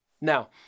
Now